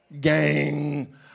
gang